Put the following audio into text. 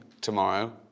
tomorrow